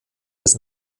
des